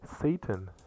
Satan